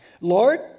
Lord